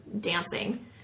dancing